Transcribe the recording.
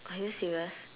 are you serious